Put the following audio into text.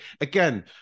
again